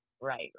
Right